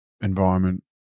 environment